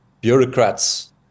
bureaucrats